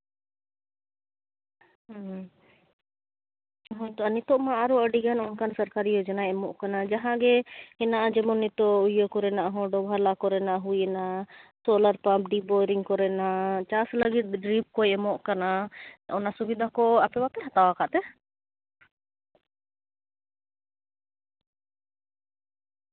ᱦᱳᱭᱛᱚ ᱟᱨ ᱱᱤᱛᱳᱜ ᱢᱟ ᱟᱨᱚ ᱟᱹᱰᱤᱜᱟᱱ ᱚᱱᱠᱟ ᱞᱮᱠᱟ ᱥᱚᱨᱠᱟᱨᱤ ᱡᱳᱡᱚᱱᱟᱭ ᱮᱢᱚᱜ ᱠᱟᱱᱟ ᱡᱟᱦᱟᱸ ᱜᱮ ᱦᱮᱱᱟᱜᱼᱟ ᱡᱮᱢᱚᱱ ᱱᱤᱛᱳᱜ ᱤᱭᱟᱹ ᱠᱚᱨᱮᱱᱟᱜ ᱦᱚᱸ ᱰᱚᱵᱷᱟᱜ ᱞᱟ ᱠᱚᱨᱮᱱᱟᱜ ᱦᱩᱭᱮᱱᱟ ᱥᱳᱞᱟᱨ ᱯᱟᱢᱯ ᱰᱤᱯ ᱵᱳᱭᱨᱤᱝ ᱠᱚᱨᱮᱱᱟᱜ ᱪᱟᱥ ᱞᱟᱹᱜᱤᱫ ᱰᱨᱤᱯ ᱠᱚᱭ ᱮᱢᱚᱜ ᱠᱟᱱᱟ ᱚᱱᱟ ᱥᱩᱵᱤᱫᱷᱟ ᱠᱚ ᱟᱯᱮ ᱵᱟᱯᱮ ᱦᱟᱛᱟᱣ ᱠᱟᱜ ᱛᱮ